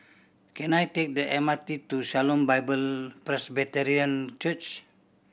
can I take the M R T to Shalom Bible Presbyterian Church